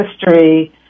history